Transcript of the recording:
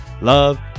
love